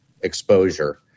exposure